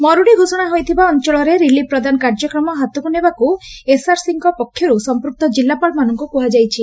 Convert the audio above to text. ମରୁଡ଼ି ଘୋଷଣା ହୋଇଥିବା ଅଅଳରେ ରିଲିଫ୍ ପ୍ରଦାନ କାର୍ଯ୍ୟକ୍ରମ ହାତକୁ ନେବାକୁ ଏସ୍ଆର୍ସିଙ୍କ ପକ୍ଷରୁ ସଂପୂକ୍ତ ଜିଲ୍ଲାପାଳମାନଙ୍କୁ କୁହାଯାଇଛି